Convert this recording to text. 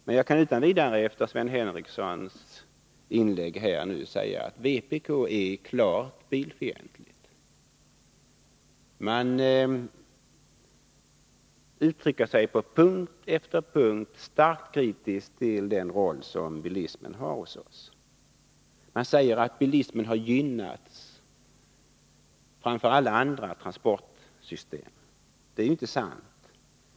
Men jag kan efter Sven Henricssons inlägg utan vidare säga att vpk är klart bilfientligt. Man uttrycker sig på punkt efter punkt starkt kritiskt till den roll som bilismen har hos oss. Man säger att bilismen har gynnats framför alla andra transportsystem. Det är inte sant.